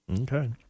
Okay